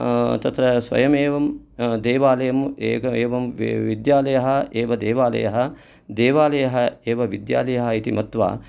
तत्र स्वयमेवं देवालयम् एक एवं विद्यालयः एव देवालयः देवालयः एव विद्यालयः इति मत्वा